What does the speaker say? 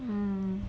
mm